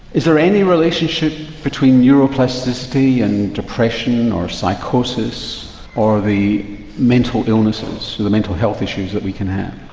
is there any relationship between neuroplasticity and depression or psychosis or the mental illnesses, the mental health issues that we can have?